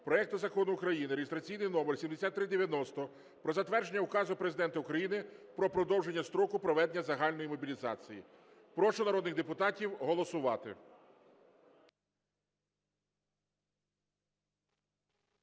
проект Закону України (реєстраційний номер 7390) про затвердження Указу Президента України "Про продовження строку проведення загальної мобілізації". Прошу народних депутатів голосувати.